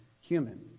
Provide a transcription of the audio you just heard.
human